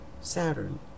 Saturn